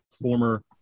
former